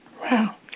Wow